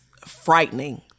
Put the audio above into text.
frightening